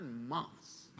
months